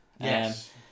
yes